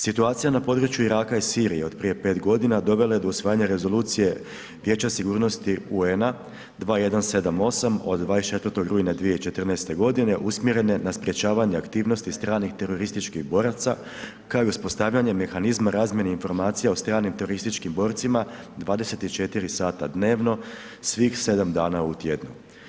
Situacija na području Iraka i Sirije od prije 5 g. dovela je do usvajanja rezolucije Vijeća sigurnosti UN-a 2178 od 24. rujna 2014. g. usmjerena na sprječavanje aktivnosti stranih terorističkih boraca kao i uspostavljanje mehanizma razmjene informacija od stranim terorističkim borcima 24 sata dnevno svih 7 dana u tjednu.